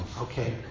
Okay